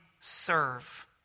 serve